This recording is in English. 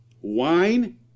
Wine